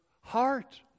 heart